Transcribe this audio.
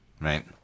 right